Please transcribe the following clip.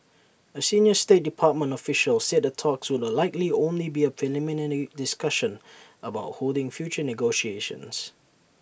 A senior state department official said the talks would likely only be A preliminary discussion about holding future negotiations